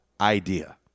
idea